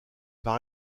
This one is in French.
par